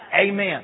Amen